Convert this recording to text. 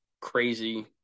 crazy